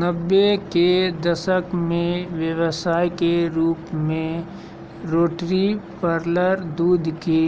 नब्बे के दशक में व्यवसाय के रूप में रोटरी पार्लर दूध दे